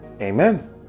Amen